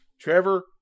Trevor